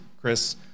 Chris